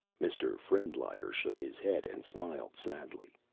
mr. frendlyer shook his head and smiled sadly.